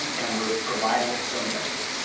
and we're providing it some delegate.